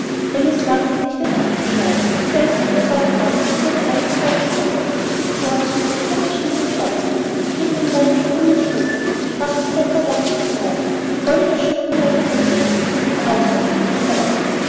wagte nicht es abzuschlagen obgleich sie überzeugt war es würde alles falsch kommen sie fuhr also mit zitternder stimme fort seht mein land und grüne fluten sprach ein fetter lachs vom rhein goldne schuppen meine rüstung und mit austern trink ich wein